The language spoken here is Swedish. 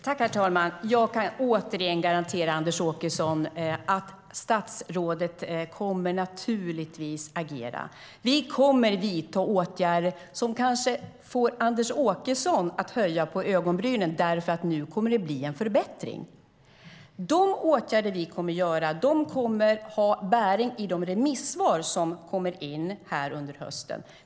Herr talman! Jag kan återigen garantera Anders Åkesson att statsrådet kommer att agera. Vi kommer att vidta åtgärder som kanske får Anders Åkesson att höja på ögonbrynen, för nu kommer det att bli en förbättring. De åtgärder vi ska vidta kommer att ha bäring i de remissvar som kommer in under hösten.